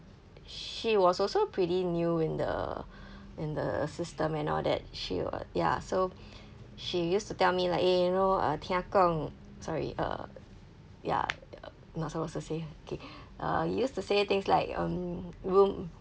she was also pretty new in the in the system and all that she would ya so she used to tell me like eh you know uh tia kong sorry uh ya not supposed to say okay uh used to say things like um rum~